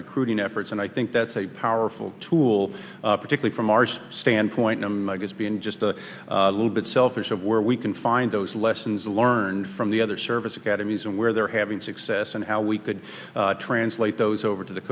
recruiting efforts and i think that's a powerful tool particularly from our standpoint i'm just being just a little bit selfish of where we can find those lessons learned from the other service academies and where they're having success and how we could translate those over to the